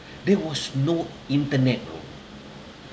there was no internet bro